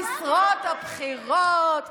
על המשרות הבכירות.